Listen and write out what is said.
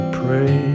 pray